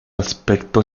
aspecto